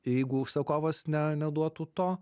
jeigu užsakovas ne neduotų to